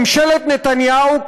ממשלת נתניהו,